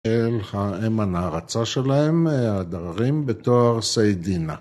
אל האם הנערצה שלהם, הדררים, בתואר סיידינה (בערבית)